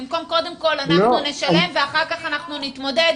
במקום שקודם כל אנחנו נשלם ואחר כך נתמודד